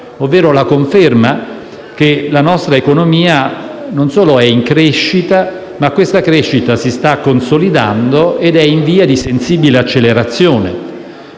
ovvero la conferma che la nostra economia è in crescita e che questa crescita si sta consolidando ed è in via di sensibile accelerazione.